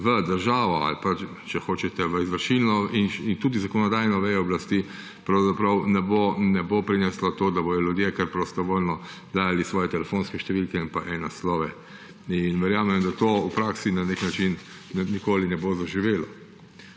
v državo ali pa, če hočete, v izvršilno in tudi zakonodajno vejo oblasti pravzaprav ne bo prineslo tega, da bodo ljudje kar prostovoljno dajali svoje telefonske številke in e-naslove. In verjamem, da to v praksi na nek način nikoli ne bo zaživelo.